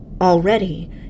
Already